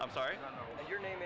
i'm sorry your name